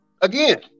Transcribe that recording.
Again